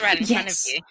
Yes